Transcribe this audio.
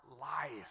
life